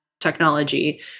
technology